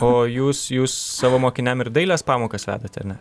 o jūs jūs savo mokiniam ir dailės pamokas vedat ar ne